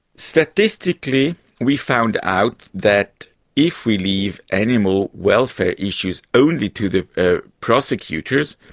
statistically we found out that if we leave animal welfare issues only to the ah prosecutors,